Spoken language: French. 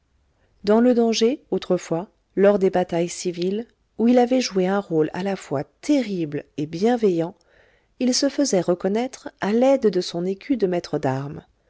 dans le danger autrefois lors des batailles civiles où il avait joué un rôle à la fois terrible et bienveillant il se faisait reconnaître à l'aide de son écu de maître d'armes